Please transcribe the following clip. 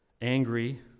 Angry